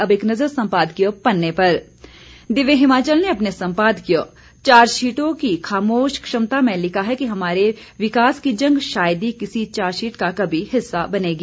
अब एक नज़र सम्पादकीय पन्ने पर दिव्य हिमाचल ने अपने सम्पादकीय चार्जशीटों की खामोश क्षमता में लिखा है कि हमारे विकास की जंग शायद ही किसी चार्जशीट का कभी हिस्सा बनेगी